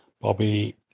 Bobby